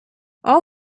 all